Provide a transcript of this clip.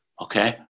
Okay